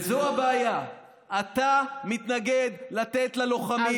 וזו הבעיה, אתה מתנגד לתת ללוחמים